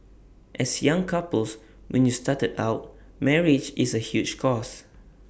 as young couples when you started out marriage is A huge cost